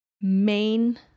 main